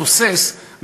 התוסס,